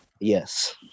yes